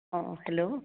অঁ হেল্ল'